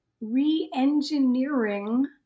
re-engineering